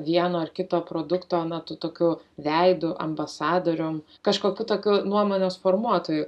vieno ar kito produkto na tuo tokiu veidu ambasadorium kažkokiu tokiu nuomonės formuotoju